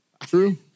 True